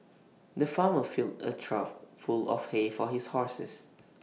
the farmer filled A trough full of hay for his horses